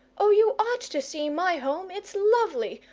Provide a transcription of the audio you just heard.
oh, you ought to see my home it's lovely!